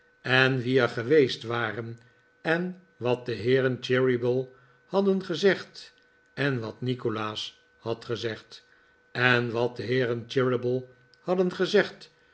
en wie er geweest waren en wat de heeren cheeryble hadden gezegd en wat nikolaas had gezegd en wat de heeren cheeryble hadden gezegd